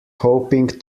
hoping